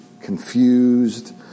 confused